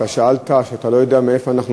אתה אמרת שאתה לא יודע מאין אנחנו